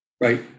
Right